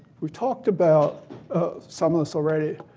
we've talked about some of this already,